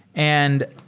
and